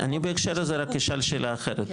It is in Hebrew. אני בהקשר הזה רק אשאל שאלה אחרת,